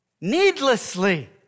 needlessly